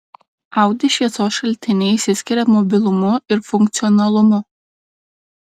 audi šviesos šaltiniai išsiskiria mobilumu ir funkcionalumu